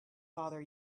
bother